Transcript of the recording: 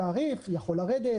התעריף יכול לרדת,